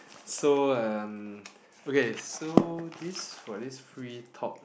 so um okay so this for this free talk